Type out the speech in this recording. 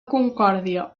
concòrdia